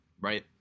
right